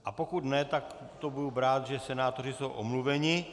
A pokud ne, tak to budu brát, že senátoři jsou omluveni.